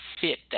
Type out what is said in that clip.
fit